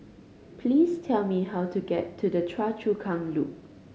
please tell me how to get to Choa Chu Kang Loop